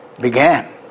began